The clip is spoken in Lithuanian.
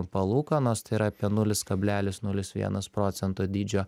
palūkanos tai yra apie nulis kablelis nulis vienas procento dydžio